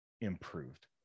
Improved